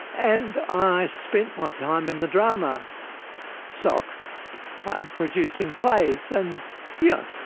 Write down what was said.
and i spent my time in the drama soc ah producing plays, and yeah